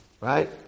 Right